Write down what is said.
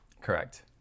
Correct